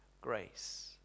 grace